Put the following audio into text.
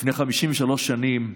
לפני 53 שנים,